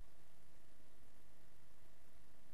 "לכן",